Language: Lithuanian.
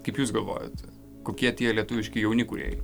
kaip jūs galvojate kokie tie lietuviški jauni kūrėjai